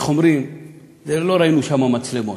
ולא ראינו שם מצלמות,